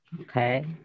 Okay